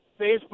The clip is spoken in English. Facebook